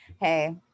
Hey